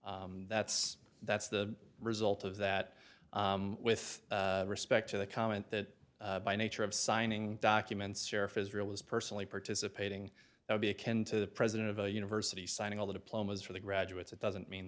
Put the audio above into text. jury that's that's the result of that with respect to the comment that by nature of signing documents sheriff israel was personally participating would be akin to the president of a university signing all the diplomas for the graduates it doesn't mean